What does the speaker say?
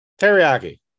Teriyaki